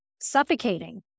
suffocating